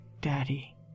Daddy